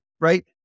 right